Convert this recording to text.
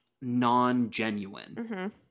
non-genuine